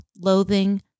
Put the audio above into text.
loathing